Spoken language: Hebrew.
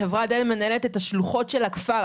החברה עדיין מנהלת את השלוחות של הכפר.